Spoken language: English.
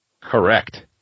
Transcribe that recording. Correct